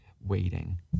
waiting